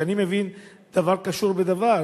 כי אני מבין שדבר קשור בדבר,